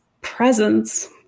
presence